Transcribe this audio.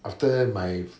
after my